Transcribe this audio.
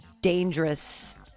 dangerous